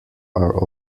are